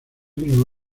mismo